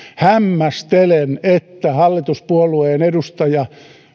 hämmästelen että hallituspuolueen edustaja